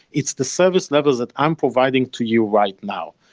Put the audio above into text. it's the service levels that i'm providing to you right now.